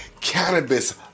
cannabis